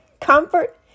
comfort